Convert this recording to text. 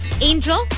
Angel